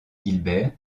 guilbert